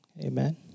Amen